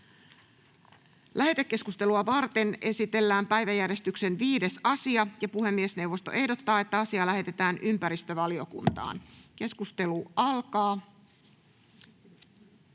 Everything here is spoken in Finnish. Lähetekeskustelua varten esitellään päiväjärjestyksen 5. asia. Puhemiesneuvosto ehdottaa, että asia lähetetään ympäristövaliokuntaan. — Edustaja Sarkomaa.